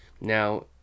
now